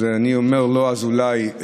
אז אני אומר: לא, אז אולי.